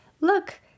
look